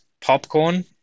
popcorn